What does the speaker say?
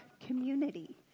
community